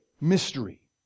mystery